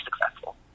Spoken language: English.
successful